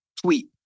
tweet